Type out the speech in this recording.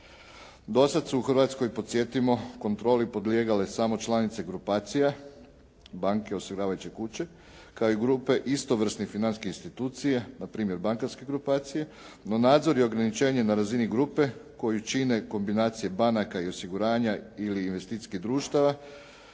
Dosad su u Hrvatskoj, podsjetimo, kontroli podlijegale samo članice grupacija, banke, osiguravajuće kuće, kao i grupe istovrsne financijske institucije, npr. bankarske grupacije, no nadzor i ograničenje na razini grupe koju čine kombinacije banaka i osiguranja ili investicijskih društava